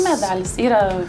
medalis yra